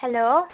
hello